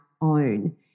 own